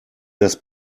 das